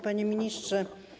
Panie Ministrze!